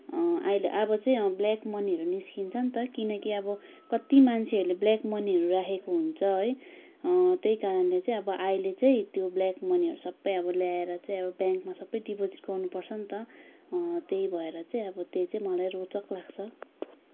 अहिले अब चाहिँ ब्ल्याक मनीहरू निस्किन्छ नि त किनकि अब कति मान्छेहरूले ब्ल्याक मनीहरू राखेको हुन्छ है त्यही कारणले चाहिँ अब अहिले चाहिँ त्यो ब्ल्याक मनीहरू सबै अब ल्याएर चाहिँ अब ब्याङ्कमा सबै डिपोजिट गर्नुपर्छ नि त त्यही भएर चाहिँ अब त्यो चाहिँ मलाई रोचक लाग्छ